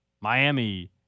Miami